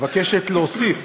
מבקשת להוסיף